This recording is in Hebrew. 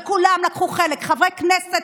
וכולם לקחו חלק: חברי כנסת,